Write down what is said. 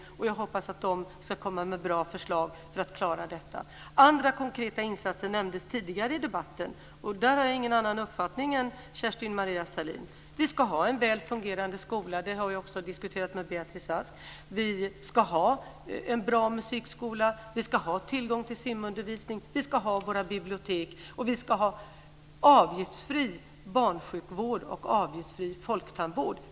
Jag hoppas att de ska komma med bra förslag för att klara detta. Andra konkreta insatser nämndes tidigare i debatten. Där har jag ingen annan uppfattning än Kerstin-Maria Stalin. Vi ska ha en väl fungerande skola, det har jag också diskuterat med Beatrice Ask. Vi ska ha en bra musikskola, tillgång till simundervisning, bibliotek, avgiftsfri barnsjukvård och avgiftsfri folktandvård.